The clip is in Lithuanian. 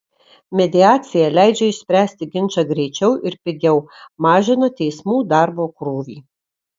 mediacija leidžia išspręsti ginčą greičiau ir pigiau mažina teismų darbo krūvį